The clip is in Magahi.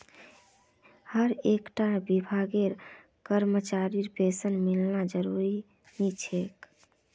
हर एक टा विभागेर करमचरीर पेंशन मिलना ज़रूरी नि होछे